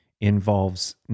involves